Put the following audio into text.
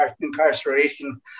incarceration